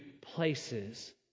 places